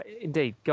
indeed